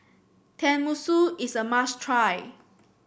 tenmusu is a must try